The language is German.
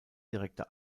direkte